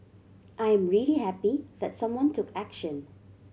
I am really happy that someone took action